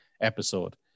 episode